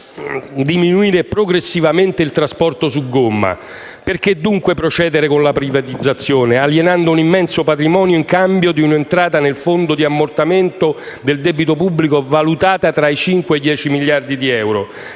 Perché dunque procedere con la privatizzazione, alienando un immenso patrimonio in cambio di un'entrata nel Fondo di ammortamento del debito pubblico valutata tra i 5 e i 10 miliardi di euro?